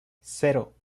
cero